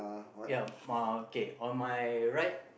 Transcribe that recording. ya uh okay on my right